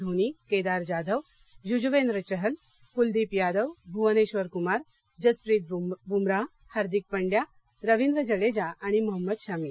धोनी केदार जाधव यूजवेंद्र चहल कुलदीप यादव भुवनेश्वर कुमार जसप्रीत बुमराह हार्दिक पंड्या रविंद्र जडेजा आणि मोहम्मद शमी